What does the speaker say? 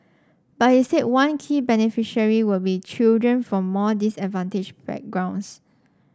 but he said one key beneficiary will be children from more disadvantaged backgrounds